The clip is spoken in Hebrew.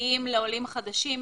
ייחודיים לעולים חדשים,